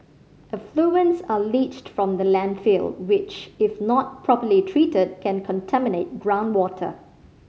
effluents are leached from the landfill which if not properly treated can contaminate groundwater